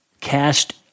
Cast